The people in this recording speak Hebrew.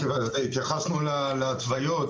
התייחסנו להתוויות,